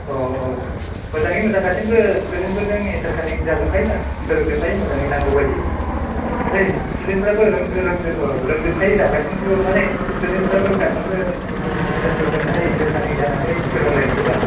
औ औ मोजाङै मोजां गासैबो सिथुदेन्थफोरजों एनसार कारेख जाजोबखायो सार फोरों जोबखायो मोजाङै नांगौ बायदि ओमफ्राय सिथुदेन्थफ्राबो रों रोंजोब रोंजोब खायो सार गासिखौबो माने सिथुदेन्थफ्राबो गासैबो थिसार्सफोरजोंहाय इनथार खानेक जानानै सोलों लाइखायो दा